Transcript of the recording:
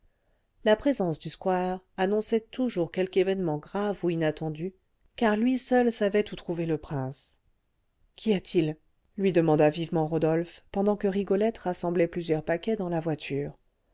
la présence du squire annonçait toujours quelque événement grave ou inattendu car lui seul savait où trouver le prince qu'y a-t-il lui demanda vivement rodolphe pendant que rigolette rassemblait plusieurs paquets dans la voiture